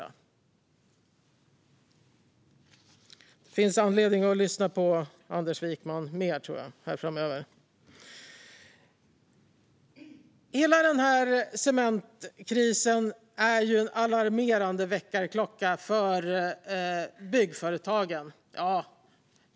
Jag tror att det finns anledning att lyssna mer på Anders Wijkman framöver. Hela cementkrisen är en alarmerande väckarklocka för byggföretagen.